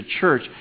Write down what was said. church